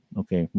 okay